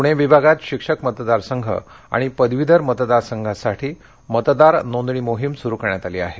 पूणे विभागात शिक्षक मतदारसंघ आणि पदवीधर मतदार संघासाठी मतदार नोंदणी मोहिम सुरू करण्यात आली आहे